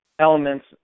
Elements